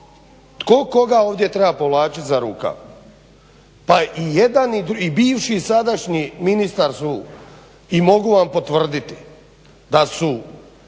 Tko koga ovdje treba povlačiti za rukav? Pa i jedan i bivši i sadašnji ministar su i mogu vam potvrditi da su